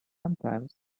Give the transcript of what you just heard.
sometimes